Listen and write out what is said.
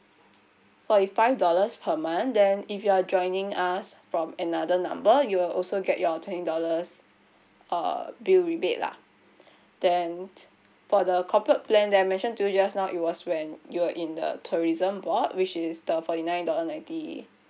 forty five dollars per month then if you are joining us from another number you'll also get your twenty dollars uh bill rebate lah then for the corporate plan that I mention to you just now it was when you were in the tourism board which is the forty nine dollar ninety